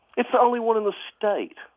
it's the only one in the state.